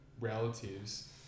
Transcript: relatives